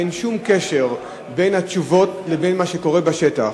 אין שום קשר בין התשובות לבין מה שקורה בשטח.